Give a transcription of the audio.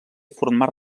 formar